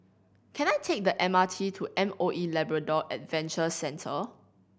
can I take the M R T to M O E Labrador Adventure Centre